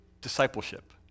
discipleship